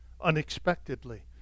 unexpectedly